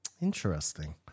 Interesting